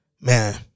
Man